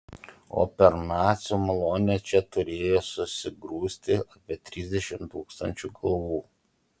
o per nacių malonę čia turėjo susigrūsti apie trisdešimt tūkstančių galvų